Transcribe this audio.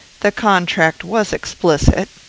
the contract was explicit.